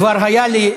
כבר היה לי,